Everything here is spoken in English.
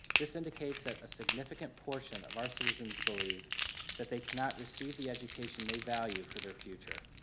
this indicates that a significant portion of our citizens believe that they cannot receive the education they value for their future.